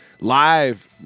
live